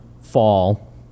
fall